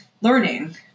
learning